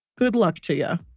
good luck to you.